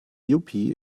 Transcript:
yuppie